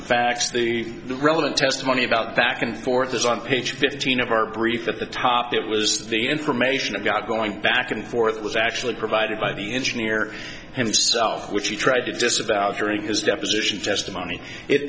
facts the relevant testimony about back and forth is on page fifteen of our brief at the top it was the information i got going back and forth was actually provided by the engineer himself which he tried to disavow during his deposition testimony it